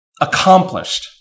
accomplished